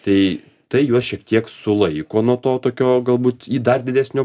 tai tai juos šiek tiek sulaiko nuo to tokio galbūt į dar didesnio